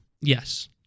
Yes